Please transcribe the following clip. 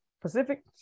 Pacific